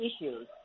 issues